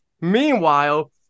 Meanwhile